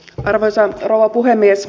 arvoisa rouva puhemies